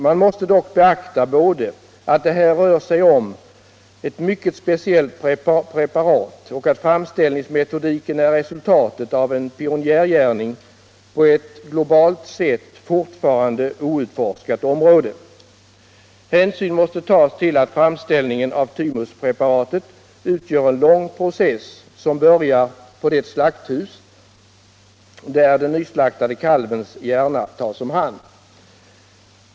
Man måste dock beakta både att det här rör sig om ett mycket speciellt preparat och att framställningsmetodiken är resultatet av en pionjärgärning på ett globalt sett fortfarande outforskat område. Hänsyn måste tas till att framställningen av thymuspreparatet utgör en lång process, som börjar på det slakthus där den nyslaktade kalvens hjärna tas om hand.